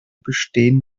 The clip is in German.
bestehen